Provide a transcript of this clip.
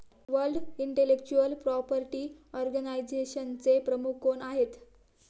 World intellectual property ऑर्गनायझेशनचे प्रमुख कोण आहेत?